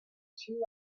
two